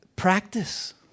Practice